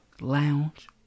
Lounge